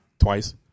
Twice